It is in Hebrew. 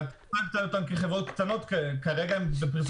2020, כ"ט בכסלו, התשפ"א.